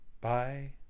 Bye